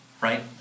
right